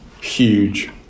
huge